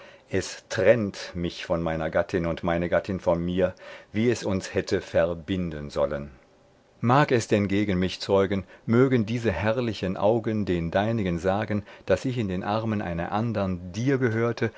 es trennt mich von meiner gattin und meine gattin von mir wie es uns hätte verbinden sollen mag es denn gegen mich zeugen mögen diese herrlichen augen den deinigen sagen daß ich in den armen einer andern dir gehörte